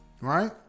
right